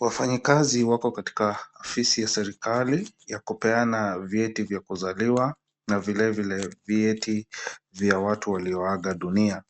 Wafanyikazi wako katika afisi ya serikali ya kupeana vyeti vya kuzaliwa na vile vile vyeti vya watu walioaga dunia.